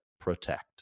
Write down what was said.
protect